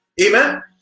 Amen